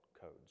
codes